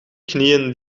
knieën